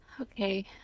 Okay